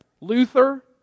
Luther